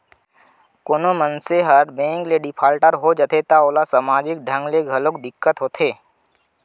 कोनो मनसे ह बेंक ले डिफाल्टर हो जाथे त ओला ओला समाजिक ढंग ले घलोक दिक्कत होथे